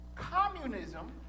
communism